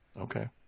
Okay